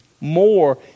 More